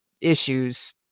issues